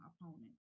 opponent